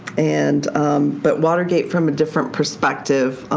and but watergate from a different perspective.